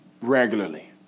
regularly